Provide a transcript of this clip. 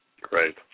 Great